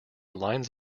lines